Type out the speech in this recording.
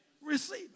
receive